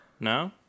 No